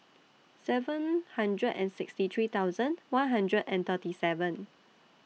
seven hundred and sixty three thousand one hundred and thirty seven